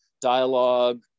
dialogue